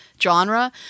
genre